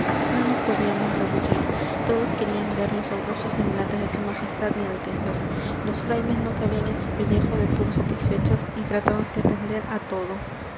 no nos podíamos rebullir todos querían ver los augustos semblantes de su majestad y altezas los frailes no cabían en su pellejo de puro satisfechos y trataban de atender a todo